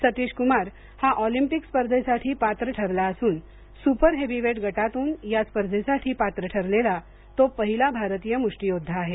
सतीशकुमार हा ऑलिम्पिक स्पर्धेसाठी पात्र ठरला असून सुपर हेविवेट गटातून या स्पर्धेसाठी पात्र ठरलेला तो पहिला भारतीय मुष्टीयोद्धा आहे